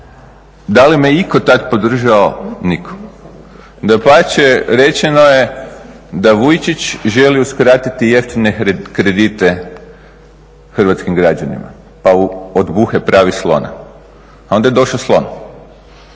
Da li me je itko tad podržao? Niko. Dapače, rečeno je da Vujčić želi uskratiti jeftine kredite hrvatskim građanima pa od buhe radi slona, a onda je došao slon.